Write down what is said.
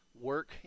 work